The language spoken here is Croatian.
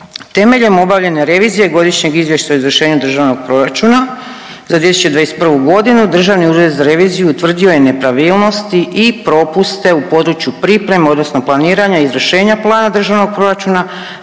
Temeljem obavljene revizije Godišnjeg izvještaja o izvršenju Državnog proračuna za 2021. godinu Državni ured za reviziju utvrdio je nepravilnosti i propuste u području pripreme odnosno planiranja izvršenja plana Državnog proračuna,